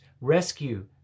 Rescue